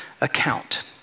account